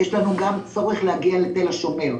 יש לנו גם צורך להגיע לתל השומר.